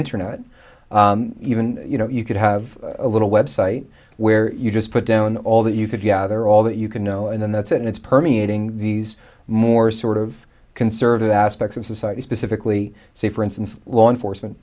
internet even you know you could have a little website where you just put down all that you could gather all that you can know and then that's and it's permeating these more sort of conservative aspects of society specifically say for instance law enforcement